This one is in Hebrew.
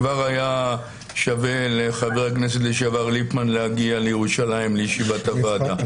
כבר היה שווה לחבר הכנסת לשעבר ליפמן להגיע לירושלים לישיבת הוועדה.